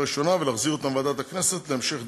ראשונה ולהחזיר אותן לוועדת הכנסת להמשך דיון.